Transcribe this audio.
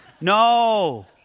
No